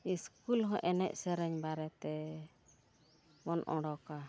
school ᱦᱚᱸ ᱮᱱᱮᱡ ᱥᱮᱨᱮᱧ ᱵᱟᱨᱮᱛᱮᱵᱚᱱ ᱚᱰᱳᱠᱟ